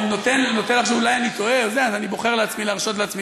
איבדה את זה, נו, מה לעשות.